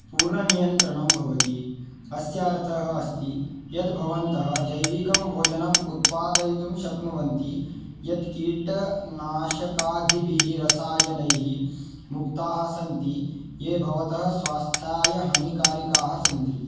पूर्णनियन्त्रणं भवति अस्य अर्थः अस्ति यद् भवन्तः जैविकं भोजनम् उत्पादयितुं शक्नुवन्ति यत् कीटनाशकादिभिः रसायनैः मुक्ताः सन्ति ये भवतः स्वास्थ्याय हानिकारिकाः सन्ति